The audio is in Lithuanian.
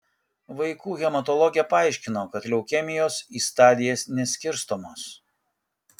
vaikų hematologė paaiškino kad leukemijos į stadijas neskirstomos